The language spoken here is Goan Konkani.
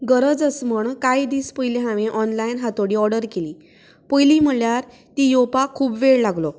गरज आस् म्हण कांय दीस पयली हांवें ऑनलायन हातोडी ऑर्डर केली पयली म्हणल्यार ती येवपाक खूब वेळ लागलो